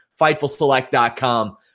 FightfulSelect.com